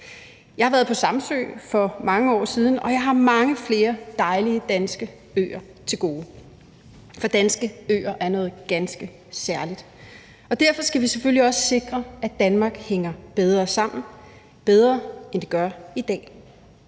Jeg har været på Samsø for mange år siden, og jeg har mange flere dejlige danske øer til gode, for danske øer er noget ganske særligt. Derfor skal vi selvfølgelig også sikre, at Danmark hænger bedre sammen – bedre, end det gør i dag.